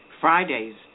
Fridays